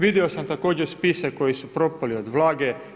Vidio sam također spise koji su propali od vlage.